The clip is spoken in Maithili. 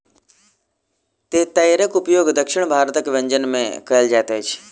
तेतैरक उपयोग दक्षिण भारतक व्यंजन में कयल जाइत अछि